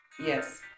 Yes